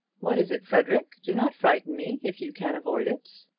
what is it, frederic? do not frighten me if you can avoid it!